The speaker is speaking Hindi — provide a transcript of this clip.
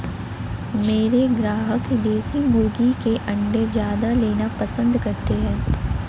मेरे ग्राहक देसी मुर्गी के अंडे ज्यादा लेना पसंद करते हैं